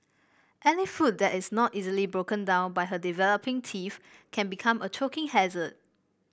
any food that is not easily broken down by her developing teeth can become a choking hazard